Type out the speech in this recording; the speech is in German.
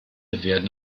werden